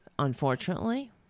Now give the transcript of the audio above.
Unfortunately